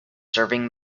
serving